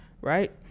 right